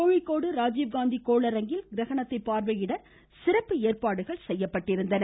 கோழிக்கோடு ராஜீவ்காந்தி கோளரங்கத்தில் கிரணகத்தை பார்வையிட சிறப்பு ஏற்பாடுகள் செய்யப்பட்டிருந்தன